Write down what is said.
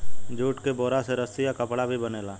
jute के बोरा से रस्सी आ कपड़ा भी बनेला